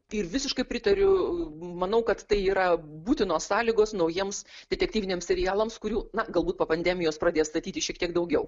ir visiškai pritariu manau kad tai yra būtinos sąlygos naujiems detektyviniams serialams kurių na galbūt po pandemijos pradės statyti šiek tiek daugiau